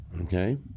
okay